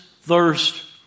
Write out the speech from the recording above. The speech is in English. thirst